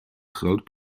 groot